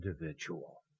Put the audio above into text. individual